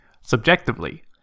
subjectively